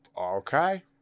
okay